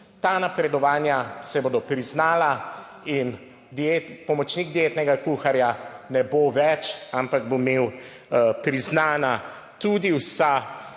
Ta napredovanja se bodo priznala in pomočnik dietnega kuharja ne bo več, ampak bo imel priznana tudi vsa